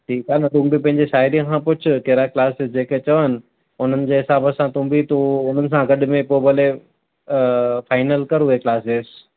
ठीकु आहे न तूं बि पंहिंजी साहिड़ीअ खां पुछु कहिड़ा क्लासेस जेके चवनि उन्हनि जे हिसाबु सां तूं बि तूं उन्हनि सां गॾु में पोइ भले फाइनल करि उहे क्लासेस